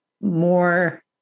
more